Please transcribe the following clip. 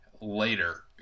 later